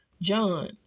John